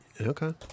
Okay